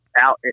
Out